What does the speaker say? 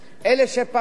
כי אלה שעובדים,